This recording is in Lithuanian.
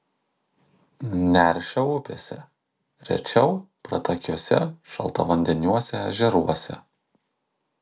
neršia upėse rečiau pratakiuose šaltavandeniuose ežeruose